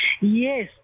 Yes